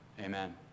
Amen